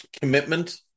commitment